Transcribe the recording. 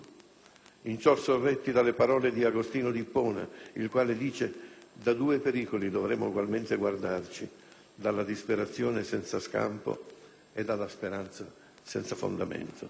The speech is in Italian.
In ciò sorretti dalle parole di Agostino d'Ippona, il quale dice: «Da due pericoli dovremo ugualmente guardarci, dalla disperazione senza scampo e dalla speranza senza fondamento».